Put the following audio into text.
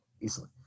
easily